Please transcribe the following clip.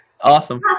awesome